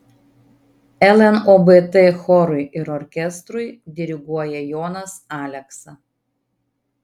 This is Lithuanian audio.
lnobt chorui ir orkestrui diriguoja jonas aleksa